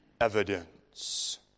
evidence